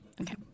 Okay